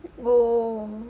oh